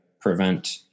prevent